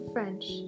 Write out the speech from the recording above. French